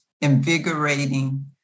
invigorating